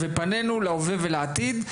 ופנינו להווה ולעתיד.